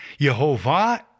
Yehovah